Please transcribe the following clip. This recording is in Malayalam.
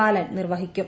ബാലൻ നിർവഹിക്കും